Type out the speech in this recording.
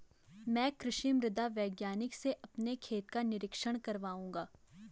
मैं कृषि मृदा वैज्ञानिक से अपने खेत का निरीक्षण कराऊंगा